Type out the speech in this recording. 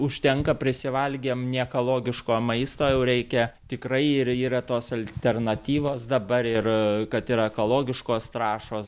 užtenka prisivalgėm neekologiško maisto jau reikia tikrai ir yra tos alternatyvos dabar ir kad ir ekologiškos trąšos